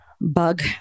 bug